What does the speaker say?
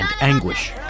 anguish